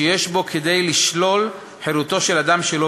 שיש בו כדי לשלול חירותו של אדם שלא